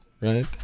right